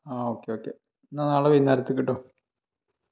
ആ okay okay നാളെ വൈകുന്നേരത്തേയ്ക്ക്